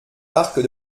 parc